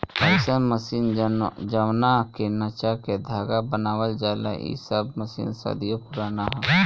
अईसन मशीन जवना के नचा के धागा बनावल जाला इ सब मशीन सदियों पुराना ह